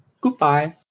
Goodbye